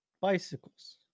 bicycles